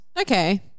Okay